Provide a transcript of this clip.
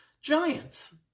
Giants